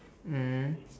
mm